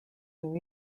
new